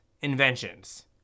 inventions